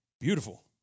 beautiful